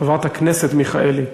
חברת הכנסת מיכאלי.